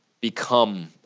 become